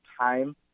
time